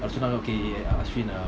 okay ashwin